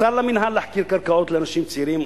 מותר למינהל להחכיר קרקעות לאנשים צעירים,